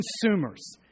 consumers